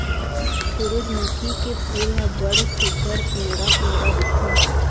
सुरूजमुखी के फूल ह बड़ सुग्घर पिंवरा पिंवरा दिखथे